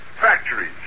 factories